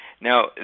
Now